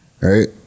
right